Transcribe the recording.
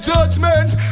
Judgment